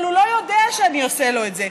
אבל הוא לא יודע שאני עושה לו את זה,